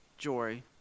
joy